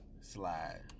Slide